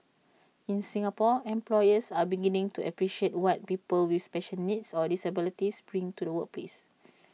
in Singapore employers are beginning to appreciate what people with special needs or disabilities bring to the workplace